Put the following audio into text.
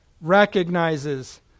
recognizes